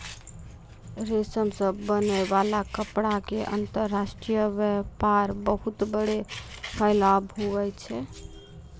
रेशम से बनै वाला कपड़ा के अंतर्राष्ट्रीय वेपार बहुत बड़ो फैलाव हुवै छै